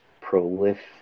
prolific